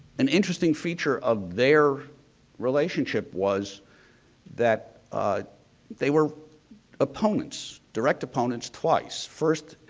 an interesting feature of their relationship was that they were opponents, direct opponents twice. first,